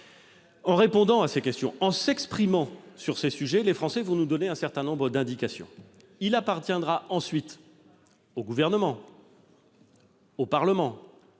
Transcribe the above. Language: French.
En répondant à ces questions, en s'exprimant sur ces sujets, les Français vont nous donner un certain nombre d'indications. Il appartiendra ensuite au Gouvernement, au Parlement,